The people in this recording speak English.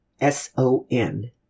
S-O-N